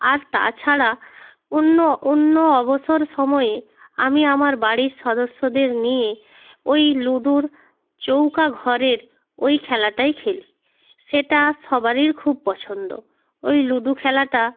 আর তাছাড়া অন্য অন্য অবসর সময়ে আমি আমার বাড়ির সদস্যদের নিয়ে ওই লুডোর চৌকা ঘরের ওই খেলাটাই খেলি সেটা সবারই খুব পছন্দ ওই লুডো খেলাটা